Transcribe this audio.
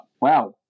wow